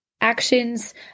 Actions